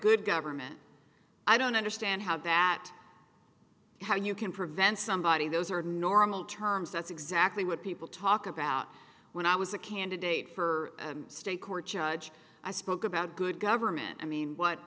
good government i don't understand how that how you can prevent somebody those are normal terms that's exactly what people talk about when i was a candidate for and state court judge i spoke about good government i mean what